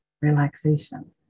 relaxation